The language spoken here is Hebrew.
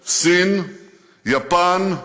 סין, יפן,